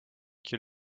qui